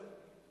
לא.